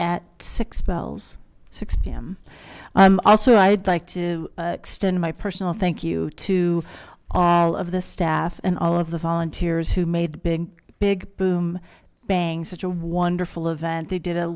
bells six p m also i'd like to extend my personal thank you to all of the staff and all of the volunteers who made the big big boom bang such a wonderful event they did a